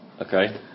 Okay